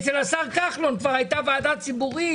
אצל השר כחלון כבר הייתה ועדה ציבורית,